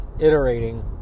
iterating